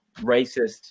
racist